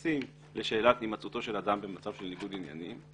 שמתייחסת לשאלת הימצאותו של אדם במצב של ניגוד עניינים,